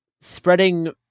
spreading